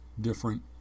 different